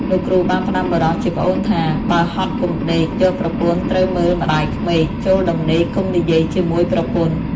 លោកគ្រូបានផ្ដាំបុរសជាប្អូនថា “បើហត់កុំដេក, យកប្រពន្ធត្រូវមើលម្ដាយក្មេក, ចូលដំណេកកុំនិយាយជាមួយប្រពន្ធ”។